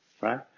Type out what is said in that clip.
right